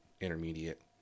intermediate